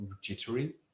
jittery